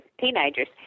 teenagers